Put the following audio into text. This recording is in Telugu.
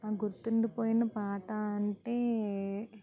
నాకు గుర్తుండిపోయిన పాట అంటే